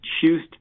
choose